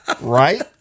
Right